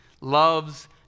loves